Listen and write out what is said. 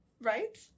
right